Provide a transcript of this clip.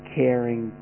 caring